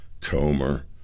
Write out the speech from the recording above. Comer